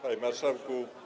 Panie Marszałku!